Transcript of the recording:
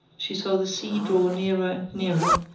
she saw the sea draw nearer and nearer,